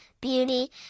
beauty